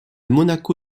monaco